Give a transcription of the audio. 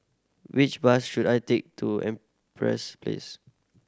which bus should I take to Empress Place